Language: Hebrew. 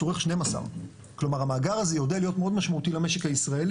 צורך 12. כלומר המאגר הזה יודע להיות מאוד משמעותי למשק הישראלי,